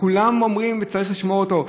וכולם אומרים שצריך לשמור אותו,